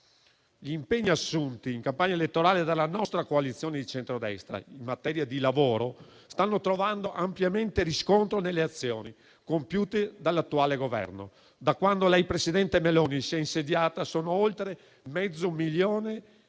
Gli impegni assunti in campagna elettorale dalla nostra coalizione di centrodestra in materia di lavoro stanno trovando ampiamente riscontro nelle azioni compiute dall'attuale Governo. Da quando lei, presidente Meloni, si è insediata, sono oltre mezzo milione i